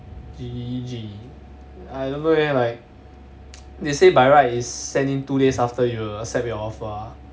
G_G I don't know eh like they say by right is send in two days after you accept your offer ah